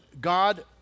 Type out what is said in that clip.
God